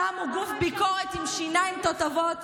שמו גוף ביקורת עם שיניים תותבות,